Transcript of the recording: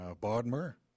Bodmer